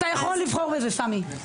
אתה יכול לבחור בזה, סמי.